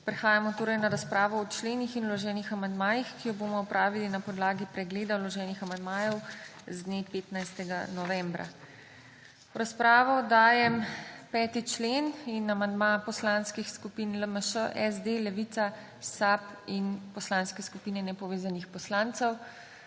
Prehajamo torej na razpravo o členih in vloženih amandmajih, ki jo bomo opravili na podlagi pregleda vloženih amandmajev z dne 15. novembra. V razpravo dajem 5. člen in amandma poslanskih skupin LMŠ, SD, Levica, SAB in Poslanske skupine nepovezanih poslancev.